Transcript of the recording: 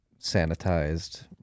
sanitized